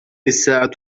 الساعة